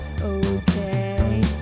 okay